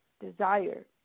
desire